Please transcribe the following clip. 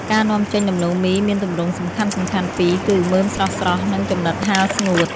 ការនាំចេញដំឡូងមីមានទម្រង់សំខាន់ៗពីរគឺ មើមស្រស់ៗ និងចំណិតហាលស្ងួត។